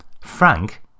Frank